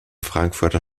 frankfurter